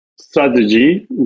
strategy